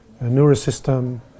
neurosystem